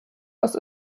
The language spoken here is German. aus